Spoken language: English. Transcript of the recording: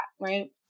right